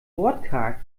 wortkarg